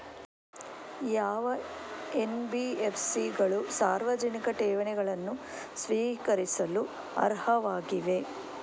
ಯಾವ ಎನ್.ಬಿ.ಎಫ್.ಸಿ ಗಳು ಸಾರ್ವಜನಿಕ ಠೇವಣಿಗಳನ್ನು ಸ್ವೀಕರಿಸಲು ಅರ್ಹವಾಗಿವೆ?